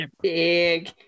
big